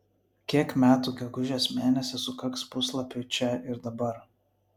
kiek metų gegužės mėnesį sukaks puslapiui čia ir dabar